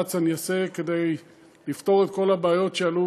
מאמץ אני אעשה כדי לפתור את כל הבעיות שעלו